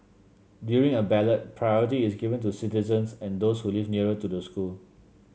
during a ballot priority is given to citizens and those who live nearer to the school